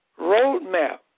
roadmap